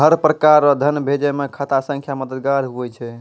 हर प्रकार रो धन भेजै मे खाता संख्या मददगार हुवै छै